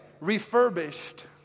refurbished